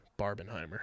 Barbenheimer